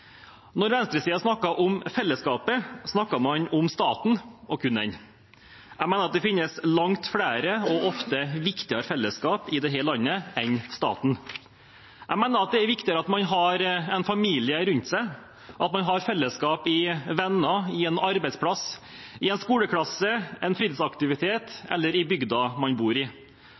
Når venstresiden snakker om fellesskapet, snakker man om staten og kun den. Jeg mener at det finnes langt flere og ofte viktigere fellesskap i dette landet enn staten. Jeg mener at det er viktigere at man har en familie rundt seg, at man har fellesskap i venner, i en arbeidsplass, i en skoleklasse, i en fritidsaktivitet eller i bygda man bor i.